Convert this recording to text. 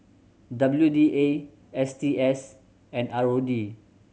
W D A S T S and R O D